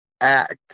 act